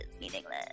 meaningless